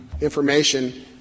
information